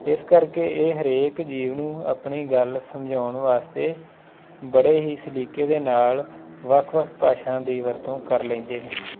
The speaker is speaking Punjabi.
ਇਸ ਕਰਕੇ ਇਹ ਹਰੇਕ ਜੀਵ ਨੂੰ ਆਪਣੀ ਗੱਲ ਸਮਝਾਉਣ ਵਾਸਤੇ ਬੜੇ ਹੀ ਸਲੀਕੇ ਦੇ ਨਾਲ ਵੱਖ ਵੱਖ ਭਾਸ਼ਾ ਦੀ ਵਰਤੋਂ ਕਰ ਲੈਂਦੇ ਨੇ